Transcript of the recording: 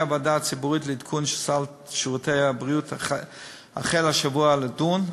הוועדה הציבורית לעדכון סל שירותי הבריאות החלה השבוע לדון.